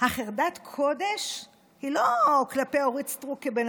חרדת הקודש היא לא כלפי אורית סטרוק כבן